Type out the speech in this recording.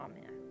Amen